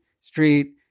street